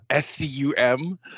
scum